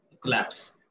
collapse